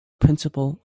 principle